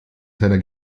seiner